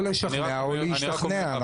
או לשכנע או להשתכנע.